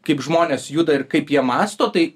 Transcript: kaip žmonės juda ir kaip jie mąsto tai